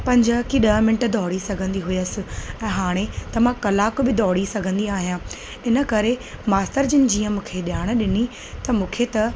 पंज की ॾह मिंट दौड़ी सघंदी हुअसि ऐं हाणे त मां कलाक बि दौड़ी सघंदी आहियां इन करे मास्तर जिन जीअं मूंखे ॼाण ॾिनी त मूंखे त